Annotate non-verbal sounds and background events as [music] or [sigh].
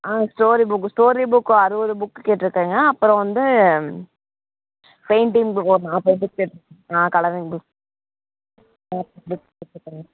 ஆ story book story book அறுபது book கேட்டுருக்கேங்க அப்புறம் வந்து பெயிண்டிங் புக் ஒரு நாற்பது புக் [unintelligible] ஆ கலரிங் புக் [unintelligible]